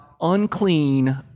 unclean